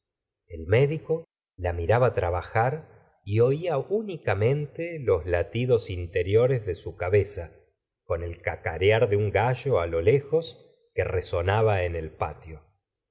el médico la miraba trabajar y ola únicamente los latidos interiores de su cabeza con el cacarear de un gallo lo lejos que resonaba en el patio